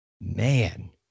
Man